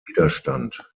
widerstand